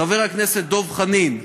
חבר הכנסת דב חנין,